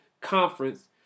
conference